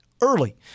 early